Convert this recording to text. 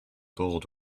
bold